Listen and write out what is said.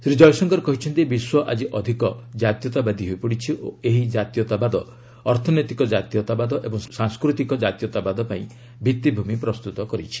ଶ୍ରୀ ଜୟଶଙ୍କର କହିଛନ୍ତି ବିଶ୍ୱ ଆଜି ଅଧିକ ଜାତୀୟତାବାଦୀ ହୋଇପଡ଼ିଛି ଓ ଏହି ଜାତୀୟତାବାଦ ଅର୍ଥନୈତିକ ଜାତୀୟତାବାଦ ଓ ସାଂସ୍କୃତିକ ଜାତୀୟତାବାଦ ପାଇଁ ଭିଭିଭ୍ରମି ପ୍ରସ୍ତୁତ କର୍ ଛି